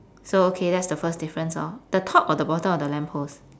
so okay that's the first difference hor the top or the bottom of the lamp post